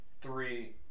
three